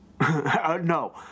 No